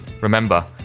Remember